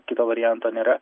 kito varianto nėra